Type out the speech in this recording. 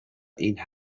این